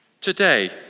Today